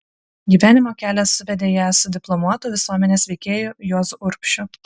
gyvenimo kelias suvedė ją su diplomuotu visuomenės veikėju juozu urbšiu